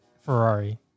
Ferrari